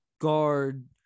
guard